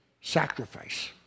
sacrifice